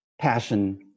passion